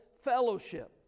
fellowship